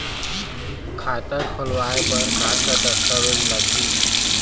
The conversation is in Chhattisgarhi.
खाता खोलवाय बर का का दस्तावेज लागही?